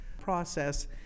process